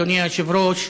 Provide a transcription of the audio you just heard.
אדוני היושב-ראש,